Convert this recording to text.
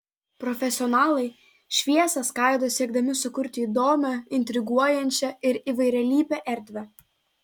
profesionalai šviesą skaido siekdami sukurti įdomią intriguojančią ir įvairialypę erdvę